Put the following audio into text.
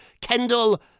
Kendall